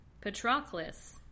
Patroclus